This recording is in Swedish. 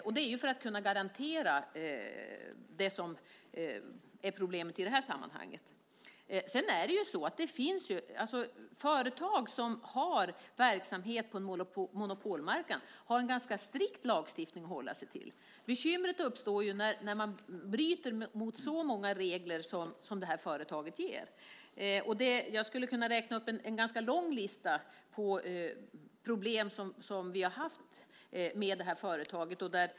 Vi vill kunna garantera just det som är problemet i det här sammanhanget. Företag som har verksamhet på en monopolmarknad har en ganska strikt lagstiftning att hålla sig till. Bekymret uppstår när man bryter mot så många regler som det här företaget gör. Jag skulle kunna läsa upp en ganska lång lista med problem som vi har haft med det här företaget.